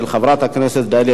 לדיון